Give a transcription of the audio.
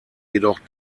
jedoch